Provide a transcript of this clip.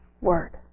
word